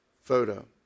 photo